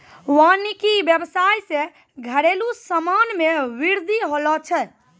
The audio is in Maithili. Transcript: वानिकी व्याबसाय से घरेलु समान मे बृद्धि होलो छै